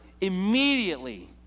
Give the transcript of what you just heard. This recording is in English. immediately